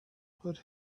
put